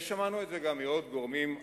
ושמענו את זה גם מעוד גורמים אחרים.